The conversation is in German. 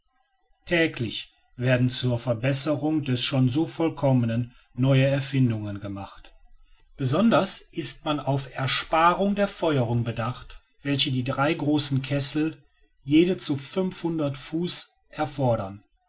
täglich werden zur verbesserung des schon so vollkommenen neue erfindungen gemacht besonders ist man auf ersparung der feuerung bedacht welche die drei großen kessel jeder zu fünfhundert fuß erfordern